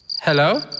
Hello